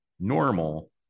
normal